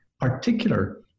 particular